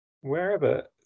Wherever